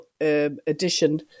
edition